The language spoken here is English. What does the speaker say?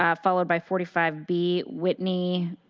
ah followed by forty five b, whitney